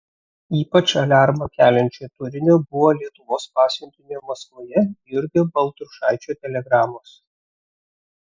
ypač aliarmą keliančio turinio buvo lietuvos pasiuntinio maskvoje jurgio baltrušaičio telegramos